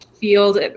field